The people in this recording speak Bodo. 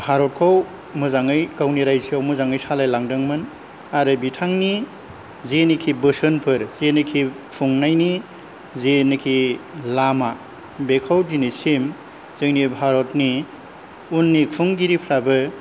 भारतखौ मोजाङै गावनि रायजोआव मोजाङै सालायलांदोंमोन आरो बिथांनि जेनोखि बोसोनफोर जेनोखि खुंनायनि जेनोखि लामा बेखौ दिनैसिम जोंनि भारतनि उननि खुंगिरिफ्राबो